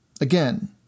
Again